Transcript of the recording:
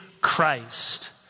Christ